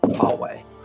hallway